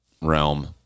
realm